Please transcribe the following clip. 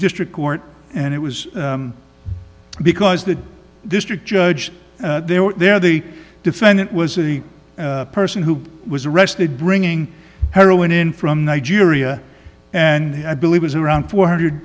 district court and it was because the district judge there were there the defendant was the person who was arrested bringing heroin in from nigeria and i believe was around four hundred